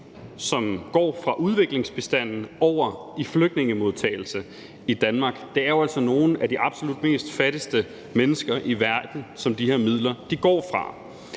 som går fra udviklingsbistanden, over i flygtningemodtagelse i Danmark. Det er jo altså nogle af de absolut mest fattige mennesker i verden, som de her midler går fra.